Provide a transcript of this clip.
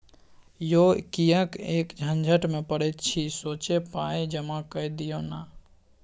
यौ किएक झंझट मे पड़ैत छी सोझे पाय जमा कए दियौ न